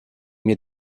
mir